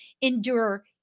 endure